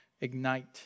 ignite